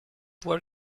war